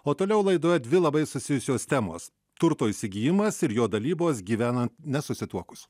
o toliau laidoje dvi labai susijusios temos turto įsigijimas ir jo dalybos gyvenant nesusituokus